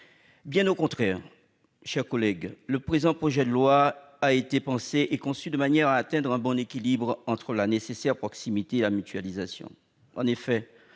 Bien au contraire, mes chers collègues, ce projet de loi a été conçu de manière à atteindre un bon équilibre entre la nécessaire proximité et la mutualisation. Ainsi,